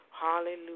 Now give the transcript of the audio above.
Hallelujah